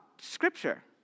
scripture